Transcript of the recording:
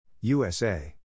USA